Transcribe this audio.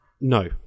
No